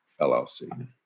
LLC